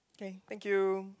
okay thank you